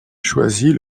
choisit